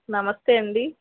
నమస్తే అండి